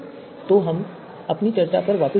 तो हम अपनी चर्चा पर वापस जाते हैं